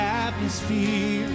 atmosphere